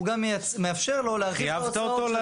הוא גם מאפשר לו להרחיב את ההוצאות שלו.